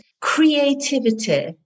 creativity